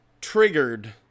triggered